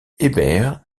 hébert